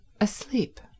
asleep